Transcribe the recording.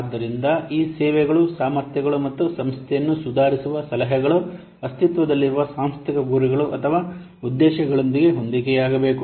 ಆದ್ದರಿಂದ ಈ ಸೇವೆಗಳ ಸಾಮರ್ಥ್ಯಗಳು ಮತ್ತು ಸಂಸ್ಥೆಯನ್ನು ಸುಧಾರಿಸುವ ಸಲಹೆಗಳು ಅಸ್ತಿತ್ವದಲ್ಲಿರುವ ಸಾಂಸ್ಥಿಕ ಗುರಿಗಳು ಅಥವಾ ಉದ್ದೇಶಗಳೊಂದಿಗೆ ಹೊಂದಿಕೆಯಾಗಬೇಕು